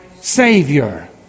Savior